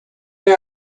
they